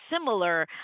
similar